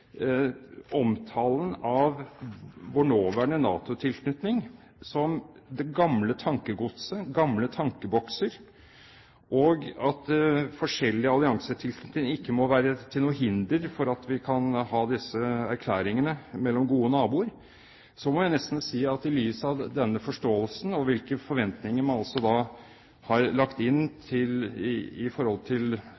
forskjellige alliansetilknytninger ikke må være til noe hinder for at vi kan ha disse erklæringene mellom gode naboer, at i lys av denne forståelsen og hvilke forventninger man også har lagt inn